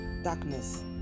Darkness